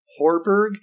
Horberg